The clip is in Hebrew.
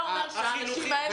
אתה אומר שיש פה מחדל?